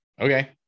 okay